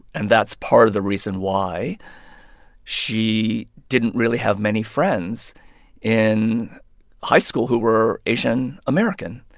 and that's part of the reason why she didn't really have many friends in high school who were asian american.